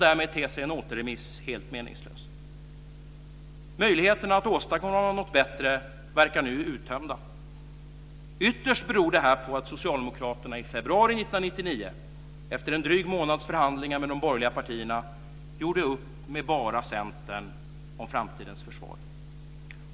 Därmed ter sig en återremiss helt meningslös. Möjligheterna att åstadkomma något bättre verkar nu uttömda. Ytterst beror det här på att socialdemokraterna i februari 1999, efter en dryg månads förhandlingar med de borgerliga partierna, gjorde upp bara med Centern om framtidens försvar.